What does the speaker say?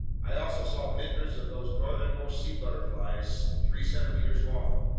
i also saw myriads of those northernmost sea butterflies three centimeters long,